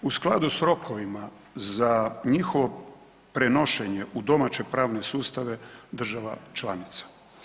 U skladu s rokovima za njihovo prenošenje u domaće pravne sustave država članica.